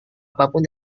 apapun